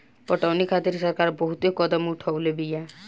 पटौनी खातिर सरकार बहुते कदम उठवले बिया